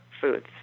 foods